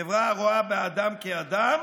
חברה הרואה באדם אדם,